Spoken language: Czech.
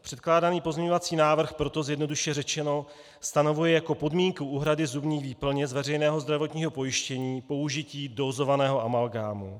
Předkládaný pozměňovací návrh proto zjednodušeně řečeno stanovuje jako podmínku úhrady zubní výplně z veřejného zdravotního pojištění použití dózovaného amalgámu.